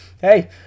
hey